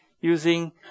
using